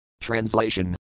Translation